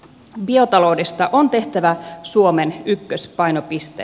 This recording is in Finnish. biotaloudesta on tehtävä suomen ykköspainopiste